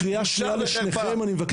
חבר הכנסת בן גביר